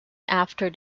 after